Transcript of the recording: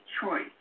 choice